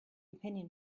opinion